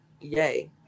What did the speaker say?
Yay